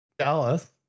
Dallas